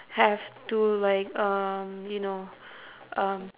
have to like um you know um